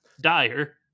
dire